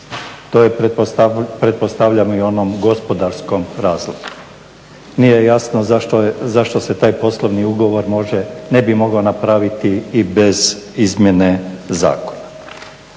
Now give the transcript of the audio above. To je pretpostavljam i u onom gospodarskom razlogu. Nije jasno zašto se taj poslovni ugovor ne bi mogao napraviti i bez izmjene zakona.